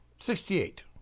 Sixty-eight